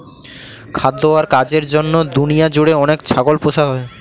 খাদ্য আর কাজের জন্য দুনিয়া জুড়ে অনেক ছাগল পোষা হয়